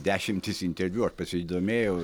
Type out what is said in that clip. dešimtis interviu aš pasidomėjau